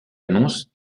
annonce